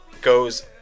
goes